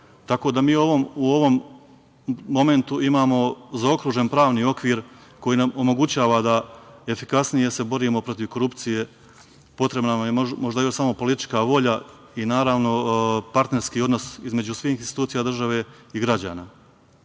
Tako da mi u ovom momentu imamo zaokružen pravni okvir koji nam omogućava da se efikasnije borimo protiv korupcije, potrebna nam je možda još samo politička volja i naravno partnerski odnos između svih institucija države i